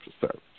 service